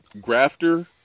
grafter